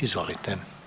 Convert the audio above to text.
Izvolite.